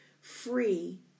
free